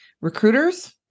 recruiters